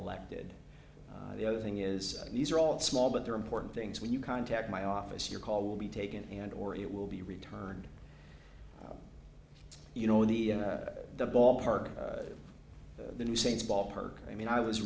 elected the other thing is these are all small but they're important things when you contact my office your call will be taken and or it will be returned you know the the ballpark the new saints ballpark i mean i was